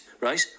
right